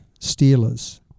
Steelers